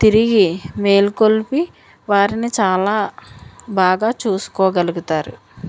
తిరిగి మేల్కొల్పి వారిని చాలా బాగా చూసుకోగలుగుతారు